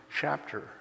chapter